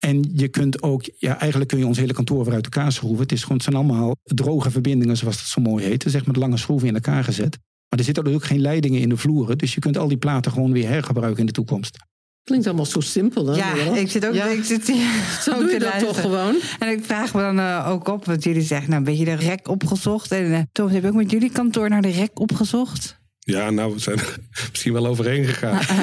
En je kunt ook- ja, eigenlijk kun je ons hele kantoor weer uit elkaar schroeven. Het is gewoon- het zijn allemaal droge verbindingen, zoals dat zo mooi heet. Het is echt met lange schroeven in elkaar gezet. Maar er zitten ook geen leidingen in de vloeren, dus je kunt al die platen gewoon weer hergebruiken in de toekomst. Klinkt allemaal zo simpel, hè, Ja, Laura? ik zit ook- Ja. ik zit hier Zo ook doe je te dat toch luisteren. gewoon? En ik vraag me dan, eh, ook op, want jullie zeggen, nou, een beetje de rek opgezocht. En, eh, Tom, heb ik ook met jullie kantoor naar de rek opgezocht? Ja, nou, we zijn er misschien wel overheen gegaan. Ah.